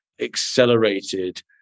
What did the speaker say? accelerated